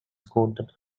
scoot